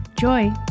Joy